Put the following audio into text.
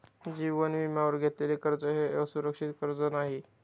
जीवन विम्यावर घेतलेले कर्ज हे असुरक्षित कर्ज नाही